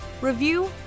review